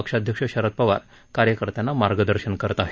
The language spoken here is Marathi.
पक्षाध्यक्ष शरद पवार कार्यकर्त्यांना मार्गदर्शन करत आहेत